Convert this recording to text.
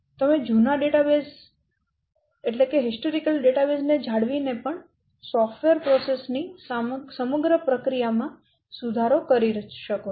તમે જૂના ડેટાબેઝ ને જાળવીને પણ સોફ્ટવેર પ્રક્રિયા ની સમગ્ર પ્રક્રિયામાં સુધારો કરી શકો છો